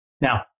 Now